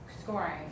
scoring